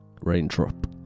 Raindrop